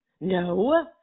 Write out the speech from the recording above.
No